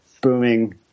booming